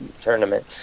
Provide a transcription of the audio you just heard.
Tournament